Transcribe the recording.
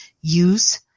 use